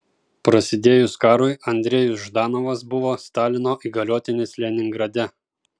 prasidėjus karui andrejus ždanovas buvo stalino įgaliotinis leningrade